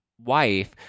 wife